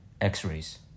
x-rays